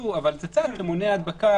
וזה לא משהו אוטומטי,